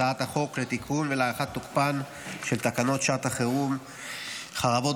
הצעת החוק לתיקון ולהארכת תוקפן של תקנות שעת חירום (חרבות